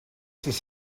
sis